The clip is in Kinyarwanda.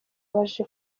baje